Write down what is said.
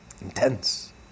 Intense